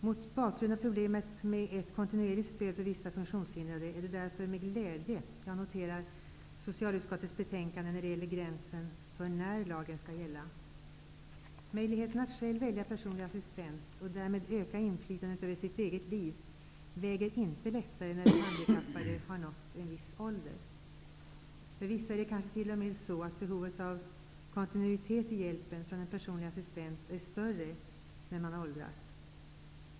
Mot bakgrund av problemet med ett kontinuerligt stöd för vissa funktionshindrade är det därför med glädje jag noterar socialutskottets betänkande när det gäller gränsen för när lagen skall gälla. Möjligheten att själv välja en personlig assistent och därmed öka inflytandet över sitt eget liv väger inte lättare när den handikappade har nått en viss ålder. För vissa är det kanske t.o.m. så att behovet av kontinuitet i hjälpen från en personlig assistent är större när man åldras.